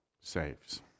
saves